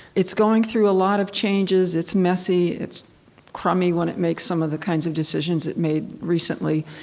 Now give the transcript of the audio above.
it's going through a lot of changes, it's messy, it's crummy when it makes some of the kinds of decisions it made recently.